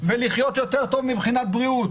ולחיות יותר טוב מבחינת בריאות,